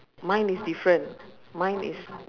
mine is different mine is